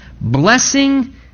blessing